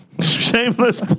shameless